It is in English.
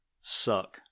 suck